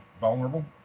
vulnerable